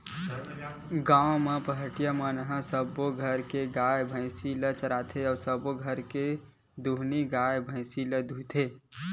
गाँव म पहाटिया मन ह सब्बो घर के गाय, भइसी ल चराथे, सबो घर के दुहानी गाय, भइसी ल दूहथे